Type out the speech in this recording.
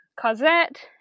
Cosette